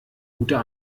guter